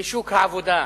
לשוק העבודה,